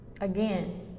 Again